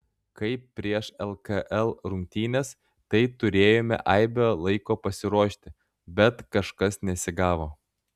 kaip prieš lkl rungtynes tai turėjome aibę laiko pasiruošti bet kažkas nesigavo